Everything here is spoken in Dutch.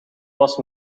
was